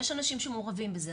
יש אנשים שמעורבים בזה,